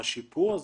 השיפור הזה,